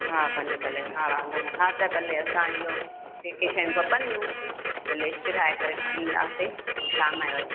हा भले भले हा वांदो न आहे हा त भले असां इहो जेके शयूं खपंदियूं त लिस्ट ठाहे करे खणी ईंदासीं पोइ शाम जो